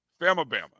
Famabama